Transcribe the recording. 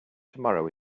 tomorrow